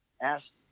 asked